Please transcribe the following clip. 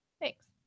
Thanks